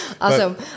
Awesome